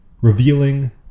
revealing